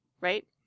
right